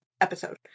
episode